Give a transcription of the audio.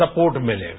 support मिलेगा